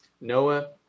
Noah